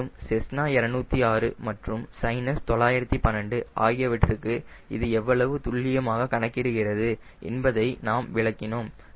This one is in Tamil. மேலும் செஸ்னா 206 மற்றும் சைனஸ் 912 ஆகியவற்றுக்கு இது எவ்வளவு துள்ளியமாக கணிக்கிறது என்பதை நாம் விளக்கினோம்